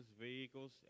vehicles